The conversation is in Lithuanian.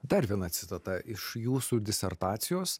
dar viena citata iš jūsų disertacijos